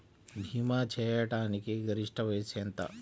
భీమా చేయాటానికి గరిష్ట వయస్సు ఎంత?